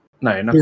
no